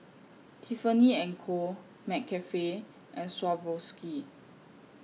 Tiffany and Co McCafe and Swarovski